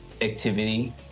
activity